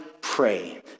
pray